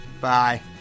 Bye